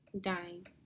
Dying